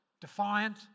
defiant